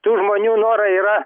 tų žmonių norai yra